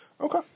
Okay